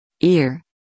Ear